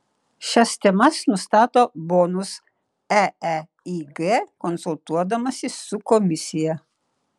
šias temas nustato bonus eeig konsultuodamasis su komisija